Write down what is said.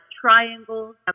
triangles